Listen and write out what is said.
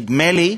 נדמה לי,